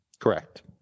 Correct